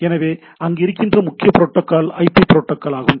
எனவே அங்கே இருக்கிற முக்கிய புரோட்டோக்கால் ஐபி புரோட்டோக்கால் ஆகும்